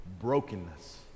brokenness